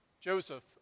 Joseph